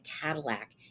Cadillac